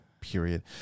period